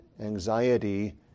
anxiety